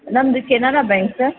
ನಮ್ಮದು Canara bank sir